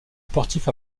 sportifs